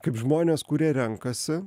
kaip žmonės kurie renkasi